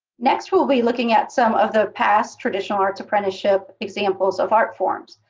next, we'll be looking at some of the past traditional arts apprenticeship examples of art forms.